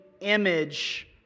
image